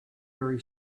very